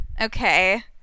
Okay